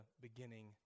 beginning